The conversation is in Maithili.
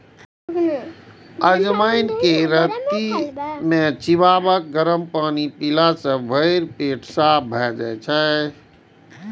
अजवाइन कें राति मे चिबाके गरम पानि पीला सं भोरे पेट साफ भए जाइ छै